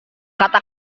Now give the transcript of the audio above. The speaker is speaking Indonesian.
kata